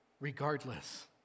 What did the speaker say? Regardless